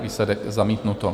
Výsledek: zamítnuto.